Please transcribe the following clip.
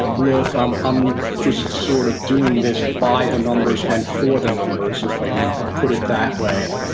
look, i'm um just sort of doing this by the numbers and for the numbers, if i could put it that way,